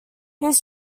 his